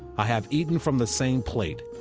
i have eaten from the same plate,